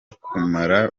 kumara